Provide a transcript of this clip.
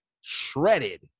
shredded